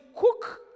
cook